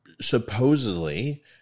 supposedly